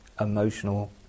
emotional